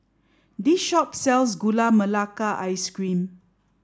this shop sells gula melaka ice cream